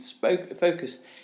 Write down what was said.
focus